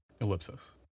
ellipsis